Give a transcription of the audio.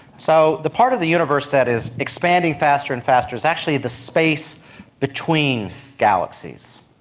so the part of the universe that is expanding faster and faster is actually the space between galaxies.